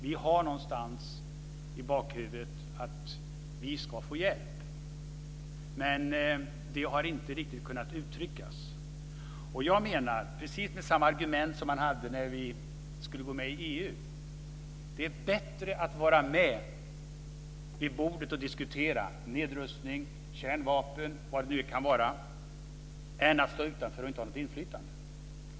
Vi har någonstans i bakhuvudet att vi ska få hjälp. Men det har inte riktigt kunnat uttryckas. Med precis samma argument som man hade när Sverige skulle gå med i EU så menar jag att det är bättre att vara med vid bordet och diskutera nedrustning, kärnvapen och vad det nu kan vara än att stå utanför och inte ha något inflytande.